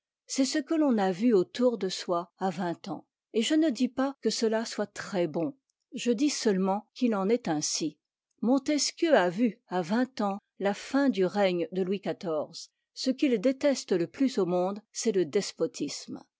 c'est ce que l'on a vu autour de soi à vingt ans et je ne dis pas que cela soit très bon je dis seulement qu'il en est ainsi montesquieu a vu à vingt ans la fin du règne de louis xiv ce qu'il déteste le plus au monde c'est le despotisme